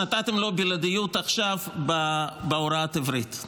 הגוף שנתתם לו עכשיו בלעדיות בהוראת עברית.